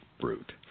brute